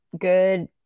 good